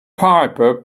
piper